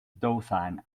dothan